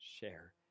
Share